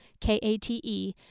K-A-T-E